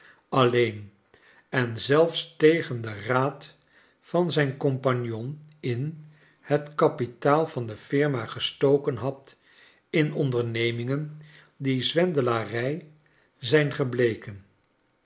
alleen en zelfs tegen den raad van zijn compagnon in het kapitaal van de firma gestoken had in ondernemingen die zwendelarijen zijn gebleken